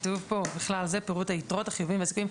כתוב כאן "ובכלל זה פירוט היתרות, החיובים".